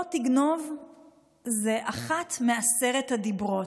לא תגנוב הוא אחד מעשרת הדיברות.